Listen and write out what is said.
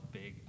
big